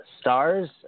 stars